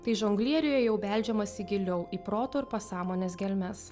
tai žonglieriuje jau beldžiamasi giliau į proto ir pasąmonės gelmes